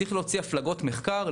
צריך להוציא הפלגות מחקר,